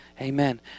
Amen